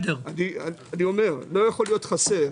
לא יכול להיות חסר.